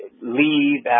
leave